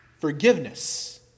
Forgiveness